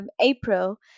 April